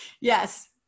Yes